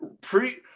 pre